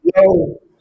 Yo